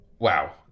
Wow